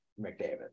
McDavid